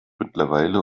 mittlerweile